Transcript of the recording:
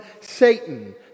Satan